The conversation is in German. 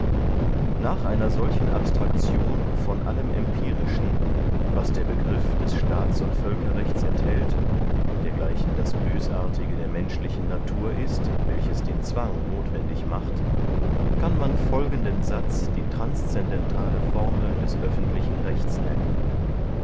nach einer solchen abstraction von allem empirischen was der begriff des staats und völkerrechts enthält dergleichen das bösartige der menschlichen natur ist welches den zwang nothwendig macht kann man folgenden satz die transscendentale formel des öffentlichen rechts nennen